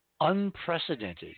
unprecedented